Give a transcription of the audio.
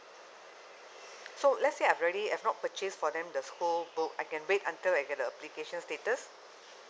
so let's say I've already have not purchased for them the school book I can wait until I get the application status